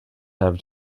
have